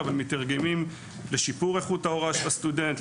מתורגמת לשיפור איכות ההוראה של הסטודנט,